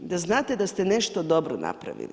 Da znate da ste nešto dobro napravili.